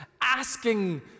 asking